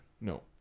No